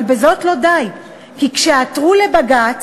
אבל בזאת לא די, כי כשעתרו לבג"ץ,